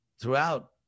throughout